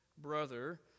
Brother